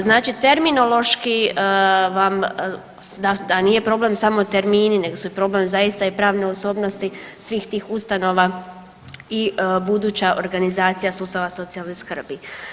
Znači terminološki vam da nije problem samo termini nego su i problem zaista i pravne osobnosti svih tih ustanova i buduća organizacija sustava socijalne skrbi.